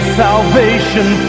salvation